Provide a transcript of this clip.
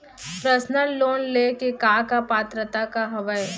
Personal loan ले के का का पात्रता का हवय?